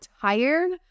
tired